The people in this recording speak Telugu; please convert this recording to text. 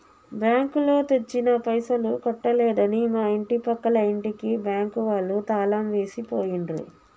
బ్యాంకులో తెచ్చిన పైసలు కట్టలేదని మా ఇంటి పక్కల ఇంటికి బ్యాంకు వాళ్ళు తాళం వేసి పోయిండ్రు